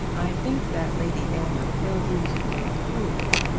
i think that lady aylmer ill-used me cruelly.